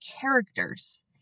characters